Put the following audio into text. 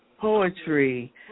poetry